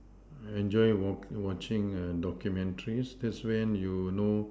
I enjoy watching documentaries because that's when you know